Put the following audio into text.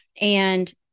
And-